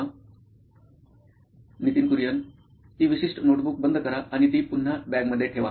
Nitin Kurian COO nine electronics ती विशिष्ट notebook बंद करा आणि ती पुन्हा बॅगमध्ये ठेवा